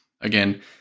again